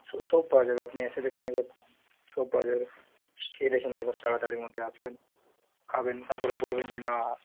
সব পাওয়া যাবে আপনি এসে দেখেন একবার সব পাওয়া যাবে খেয়ে দেখুন একবার তাড়াতাড়ির মধ্যে আসবেন খাবেন তারপর বলবেন যে না